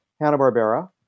Hanna-Barbera